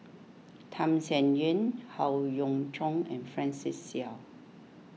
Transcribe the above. Tham Sien Yen Howe Yoon Chong and Francis Seow